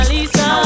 Lisa